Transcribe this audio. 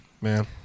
Man